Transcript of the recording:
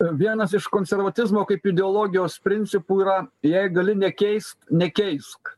vienas iš konservatizmo kaip ideologijos principų yra jei gali nekeist nekeisk